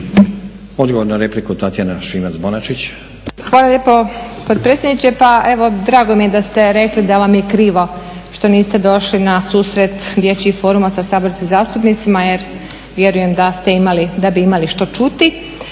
Bonačić, Tatjana (SDP)** Hvala lijepo potpredsjedniče. Pa evo, drago mi je da ste rekli da vam je krivo što niste došli na susret Dječjeg foruma sa saborskim zastupnicima jer vjerujem da bi imali što čuti.